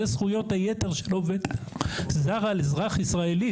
אלו זכויות היתר של עובד זר על אזרח ישראלי,